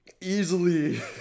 Easily